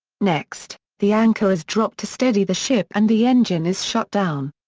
next, the anchor is dropped to steady the ship and the engine is shut down.